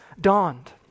dawned